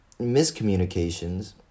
miscommunications